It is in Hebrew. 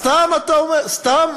סתם,